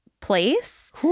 place